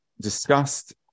discussed